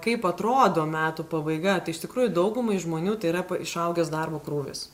kaip atrodo metų pabaiga tai iš tikrųjų daugumai žmonių tai yra pa išaugęs darbo krūvis